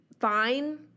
fine